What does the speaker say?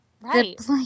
Right